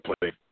play